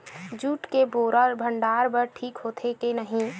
Jute के बोरा भंडारण बर ठीक होथे के नहीं?